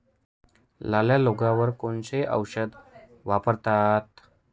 लाल्या रोगावर कोणते औषध वापरतात?